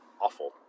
awful